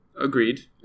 Agreed